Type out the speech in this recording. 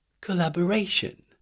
Collaboration